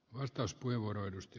arvoisa puhemies